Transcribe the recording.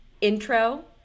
intro